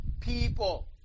people